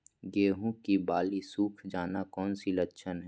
गेंहू की बाली सुख जाना कौन सी लक्षण है?